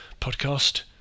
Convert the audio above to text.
podcast